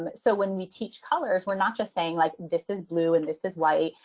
but so when we teach colors, we're not just saying like this is blue and this is white,